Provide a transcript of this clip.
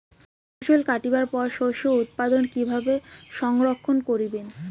ফছল কাটিবার পর শস্য উৎপাদন কিভাবে সংরক্ষণ করিবেন?